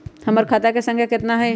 हमर खाता के सांख्या कतना हई?